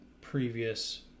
previous